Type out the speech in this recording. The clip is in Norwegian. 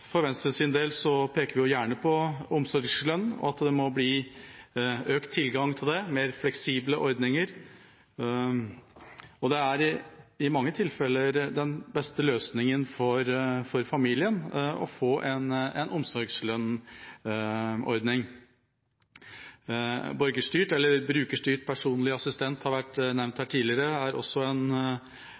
del peker vi gjerne på omsorgslønn, og at det må bli økt tilgang på det og mer fleksible ordninger. Det er i mange tilfeller den beste løsningen for familien å få en omsorgslønnsordning. Borgerstyrt eller brukerstyrt personlig assistent har vært nevnt her tidligere. Det er også